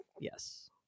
yes